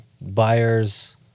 buyers